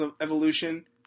evolution